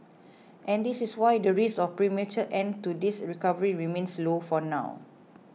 and this is why the risk of premature end to this recovery remains low for now